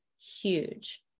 huge